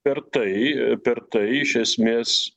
per tai per tai iš esmės